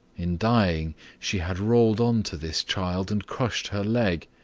in dying she had rolled on to this child and crushed her leg.